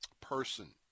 person